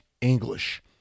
English